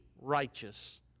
righteous